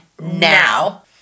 Now